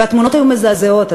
והתמונות היו מזעזעות,